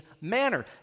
manner